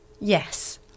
Yes